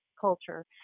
culture